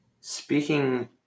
Speaking